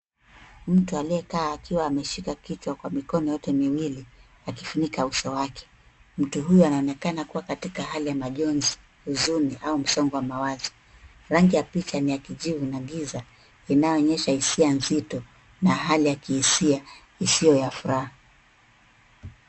Mtu aliyekaa akiwa ameshika kichwa kwa mikono yote miwili, akifunika uso wake. Mtu huyu anaonekana kuwa katika hali ya majonzi, huzuni, au msongo wa mawazo. Rangi ya picha ni kijivu, na giza, inayoonyesha hisia nzito ya hali ya kihisia, isio ya furaha.